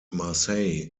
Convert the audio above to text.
marseille